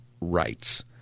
rights